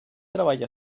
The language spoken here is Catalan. treball